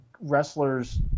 wrestlers